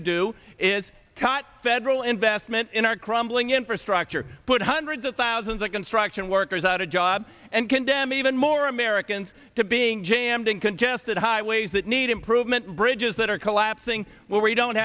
to do is cut federal investment in our crumbling infrastructure put hundreds of thousands of construction workers out a job and condemn even more americans to being jammed in congested highways that need improvement bridges that are collapsing where we